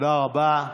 תודה רבה.